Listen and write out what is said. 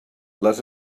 les